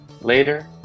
Later